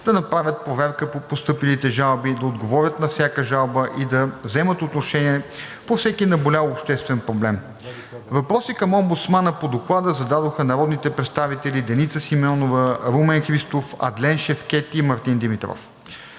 да направят проверка по постъпилите жалби, да отговорят на всяка жалба и да вземат отношение по всеки наболял обществен проблем. Въпроси към омбудсмана по Доклада зададоха народните представители Деница Симеонова, Румен Христов, Адлен Шевкед и Мартин Димитров.